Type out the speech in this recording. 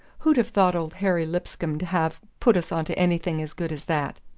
who'd have thought old harry lipscomb'd have put us onto anything as good as that?